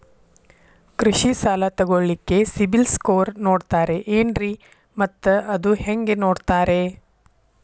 ಕೃಷಿ ಸಾಲ ತಗೋಳಿಕ್ಕೆ ಸಿಬಿಲ್ ಸ್ಕೋರ್ ನೋಡ್ತಾರೆ ಏನ್ರಿ ಮತ್ತ ಅದು ಹೆಂಗೆ ನೋಡ್ತಾರೇ?